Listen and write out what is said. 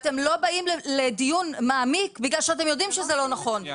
אתם לא באים לדיון מעמיק בגלל שאתם יודעים שזה לא נכון,